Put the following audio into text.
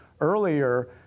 earlier